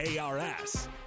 ARS